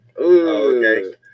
Okay